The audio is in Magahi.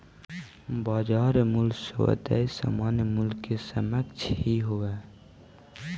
बाजार मूल्य सदैव सामान्य मूल्य के समकक्ष ही होवऽ हइ